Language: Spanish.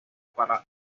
para